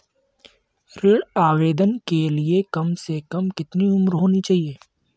ऋण आवेदन के लिए कम से कम कितनी उम्र होनी चाहिए?